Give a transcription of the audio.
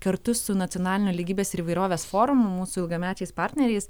kartu su nacionaliniu lygybės ir įvairovės forumu mūsų ilgamečiais partneriais